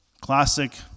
Classic